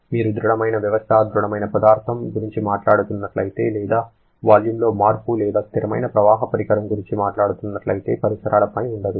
మీరు దృఢమైన వ్యవస్థ దృఢమైన పదార్థము గురించి మాట్లాడుతున్నట్లయితే లేదా వాల్యూమ్లో మార్పు లేని స్థిరమైన ప్రవాహ పరికరం గురించి మాట్లాడుతున్నట్లయితే పరిసరాల పని ఉండదు